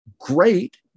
great